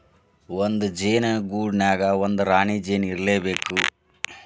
ಒಂದ ಜೇನ ಗೂಡಿನ್ಯಾಗ ಒಂದರ ರಾಣಿ ಜೇನ ಇರಲೇಬೇಕ